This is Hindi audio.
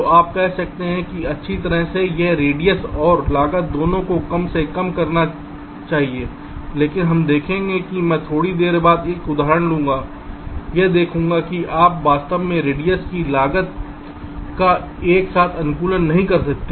तो हम कह सकते हैं कि अच्छी तरह से यह रेडियस और लागत दोनों को कम से कम करना चाहिए लेकिन हम देखेंगे मैं थोड़ी देर बाद एक उदाहरण लूंगा यह देखूंगा कि आप वास्तव में रेडियस और लागत का एक साथ अनुकूलन नहीं कर सकते